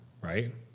right